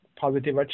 positive